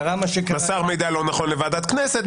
קרה מה שקרה --- מסר מידע לא נכון לוועדת כנסת.